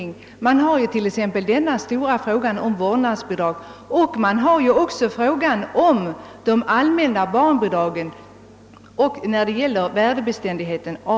Kommittén skall t.ex. behandla den stora frågan om vårdnadsbidragen och det allmänna barnbidraget samt detta bidrags värdebeständighet.